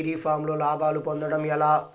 Dairy ఫామ్లో లాభాలు పొందడం ఎలా?